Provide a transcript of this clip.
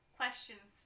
questions